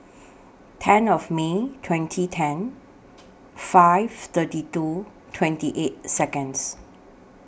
ten of May twenty ten five thirty two twenty eight Seconds